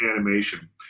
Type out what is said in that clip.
animation